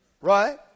right